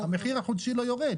המחיר החודשי לא יורד.